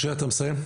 משה, אתה מסיים?